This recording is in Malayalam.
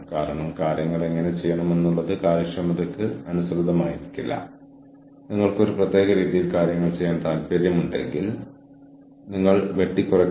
തുടർന്ന് ഒരു പ്രത്യേക നെറ്റ്വർക്ക് ലെവൽ ഔട്ട്പുട്ട് ഉൽപ്പാദിപ്പിക്കുന്നതിന് നിരവധി സ്ഥാപനങ്ങളുടെ സഹകരണമുള്ള പരസ്പരം ബന്ധപ്പെട്ടിരിക്കുന്ന നെറ്റ്വർക്കിംഗ് ഉണ്ട്